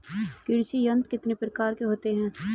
कृषि यंत्र कितने प्रकार के होते हैं?